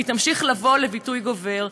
והיא תמשיך לבוא לביטוי גובר.